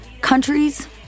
countries